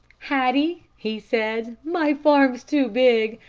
hattie, he said, my farm's too big.